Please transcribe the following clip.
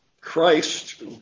Christ